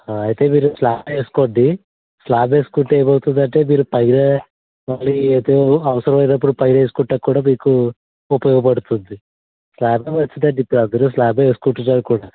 ఆ అయితే మీరు స్లాబ్ ఏ వేసుకోండి స్లాబ్ వేసుకుంటే ఏమౌతుందంటే మీరు పైన మళ్ళీ ఏదో అవసరమైనప్పుడు పైన వేస్కోటానికి కూడా మీకు ఉపయోగపడుతుంది స్లాబ్ ఏ మంచిదండి ఇప్పుడు అందరు స్లాబ్ ఏ వేసుకుంటున్నారు కూడా